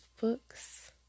books